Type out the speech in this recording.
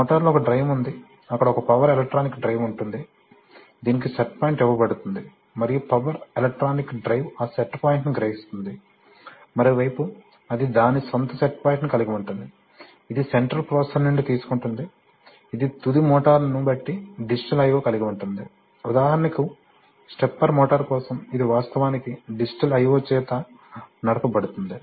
మోటారులో ఒక డ్రైవ్ ఉంది అక్కడ ఒక పవర్ ఎలక్ట్రానిక్ డ్రైవ్ ఉంటుంది దీనికి సెట్ పాయింట్ ఇవ్వబడుతుంది మరియు పవర్ ఎలక్ట్రానిక్ డ్రైవ్ ఆ సెట్ పాయింట్ను గ్రహిస్తుంది మరోవైపు అది దాని సొంత సెట్ పాయింట్ కలిగి ఉంటుంది ఇది సెంట్రల్ ప్రొసెసర్ నుండి తీసుకుంటుంది ఇది తుది మోటారును బట్టి డిజిటల్ io కలిగి ఉంటుంది ఉదాహరణకు స్టెప్పర్ మోటారు కోసం ఇది వాస్తవానికి డిజిటల్ io చేత నడపబడుతుంది